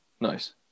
nice